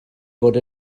fod